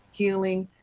healing,